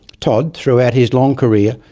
todd, throughout his long career,